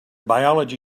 biology